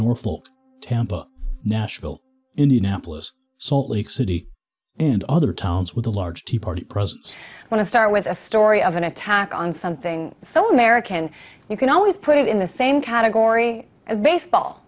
norful tampa nashville indianapolis salt lake city and other towns with a large tea party present but to start with a story of an attack on something so american you can always put it in the same category as baseball